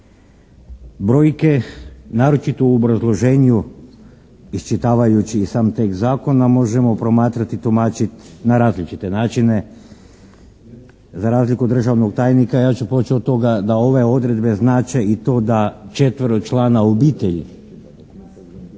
Brojke, naročito u obrazloženju iščitavajući i sam tekst zakona možemo promatrati, tumačiti na različite načine. Za razliku od državnog tajnika ja ću poći od toga da ove odredbe znače i to da četveročlana obitelj